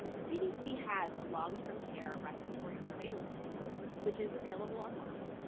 cdc has a long-term care respiratory surveillance tool, which is available online,